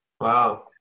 Wow